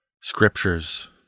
scriptures